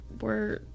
we're-